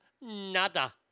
nada